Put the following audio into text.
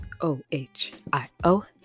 O-H-I-O